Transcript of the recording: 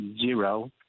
zero